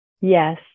Yes